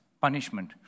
punishment